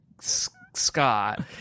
Scott